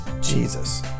Jesus